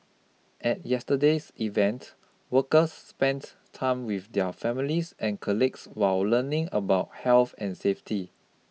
at yesterday's event workers spent time with their families and colleagues while learning about health and safety